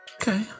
Okay